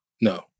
No